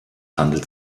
handelt